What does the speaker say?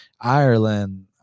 Ireland